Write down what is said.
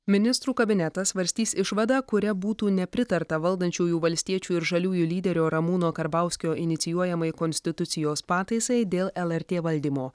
ministrų kabinetas svarstys išvadą kuria būtų nepritarta valdančiųjų valstiečių ir žaliųjų lyderio ramūno karbauskio inicijuojamai konstitucijos pataisai dėl lrt valdymo